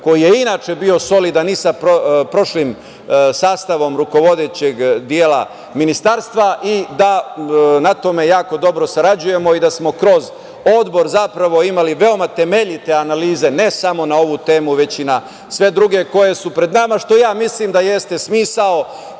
koji je inače bio solidan i sa prošlim sastavom rukovodećeg dela Ministarstva i da na tome jako dobro sarađujemo, kao i da smo kroz odbor zapravo imali veoma temeljite analize, ne samo na ovu temu već i na sve druge koje su pred nama, što ja mislim da jeste smisao.